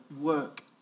work